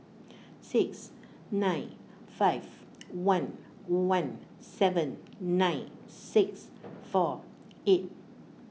six nine five one one seven nine six four eight